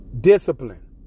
discipline